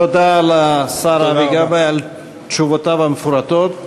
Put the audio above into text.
תודה לשר אבי גבאי על תשובותיו המפורטות.